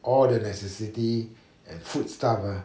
all the necessity and foodstuff uh